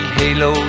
halo